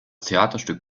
theaterstück